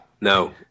no